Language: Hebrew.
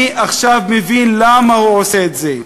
אני עכשיו מבין למה הוא עושה את זה: